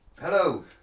Hello